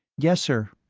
yes, sir.